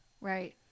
Right